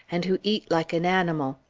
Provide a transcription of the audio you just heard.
and who eat like an animal.